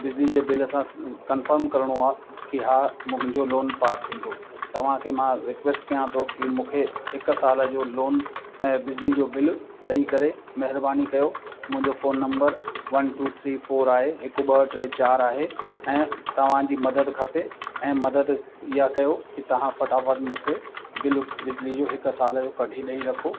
बिजली जे बिल सां कंफर्म करिणो आहे की हा मुंहिंजो लोन पास थींदो तव्हांखे मां रिक्वैस्ट कयां थो की मूंखे हिकु साल जो लोन ऐं बिजली जो बिल ॾेई करे महिरबानी कयो मुंहिंजो phone number one two three four आहे हिकु ॿ टे चारि आहे ऐं तव्हांजी मदद खपे ऐं मदद ईअं कयो की तव्हां फटाफट मूंखे बिल बिजली जो हिकु साल जो कढी ॾेई रखो